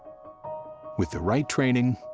with the right training,